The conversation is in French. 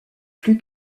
plus